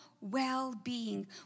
well-being